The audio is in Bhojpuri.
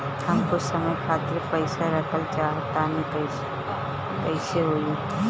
हम कुछ समय खातिर पईसा रखल चाह तानि कइसे होई?